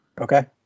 Okay